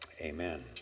Amen